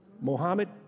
Mohammed